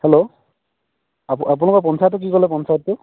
hello আপো আপোনালোকৰ পঞ্চায়তটো কি ক'লে পঞ্চায়তটো